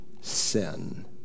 sin